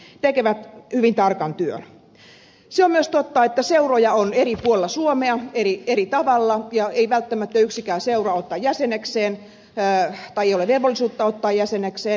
se on myös totta että seuroja on eri puolilla suomea eri tavalla eikä välttämättä yksikään seura ota jäsenekseen tai ei ole velvollisuutta ottaa jäsenekseen